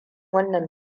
wannan